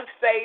say